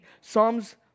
Psalms